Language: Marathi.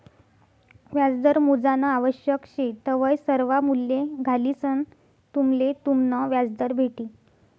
व्याजदर मोजानं आवश्यक शे तवय सर्वा मूल्ये घालिसंन तुम्हले तुमनं व्याजदर भेटी